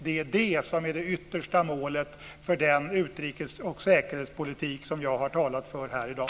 Det är det som är det yttersta målet för den utrikes och säkerhetspolitik som jag har talat för här i dag.